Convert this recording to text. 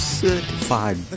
certified